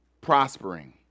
prospering